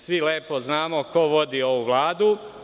Svi lepo znamo ko vodi ovu vladu.